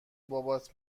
بابات